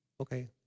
Okay